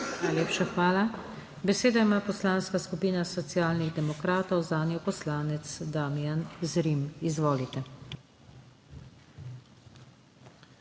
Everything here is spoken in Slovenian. hvala. Besedo ima Poslanska skupina Socialnih demokratov, zanjo poslanec Damijan Zrim. Izvolite.